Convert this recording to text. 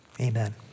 Amen